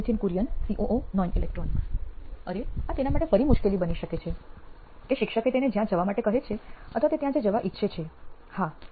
Nithin Kurian COO નોઇન electronics અરે આ તેના માટે ફરી મુશ્કેલી બની શકે છે કે શિક્ષક તેને જ્યાં જવા માટે કહે છે અથવા તે જ્યાં જવા ઈચ્છે છે હા